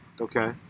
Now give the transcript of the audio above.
Okay